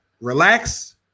relax